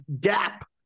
gap